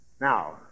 Now